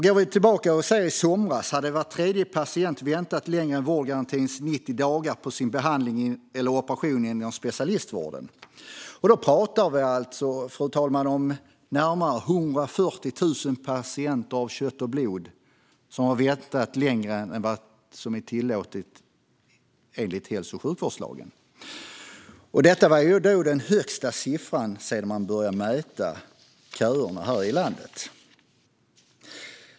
Går vi tillbaka till i somras ser vi att var tredje patient hade väntat längre än vårdgarantins 90 dagar på sin behandling eller operation inom specialistvården. Då talar vi alltså om närmare 140 000 patienter av kött och blod, fru talman. De hade väntat längre än vad som är tillåtet enligt hälso och sjukvårdslagen. Detta var den högsta siffran sedan man började mäta köerna här i landet.